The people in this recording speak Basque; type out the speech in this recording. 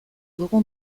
dugu